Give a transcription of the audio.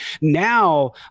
Now